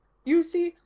you see,